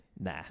Nah